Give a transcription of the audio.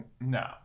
No